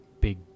big